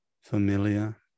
familiar